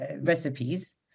recipes